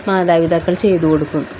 മാതാപിതാക്കൾ ചെയ്തു കൊടുക്കും